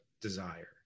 desire